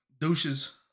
douches